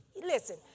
Listen